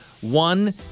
one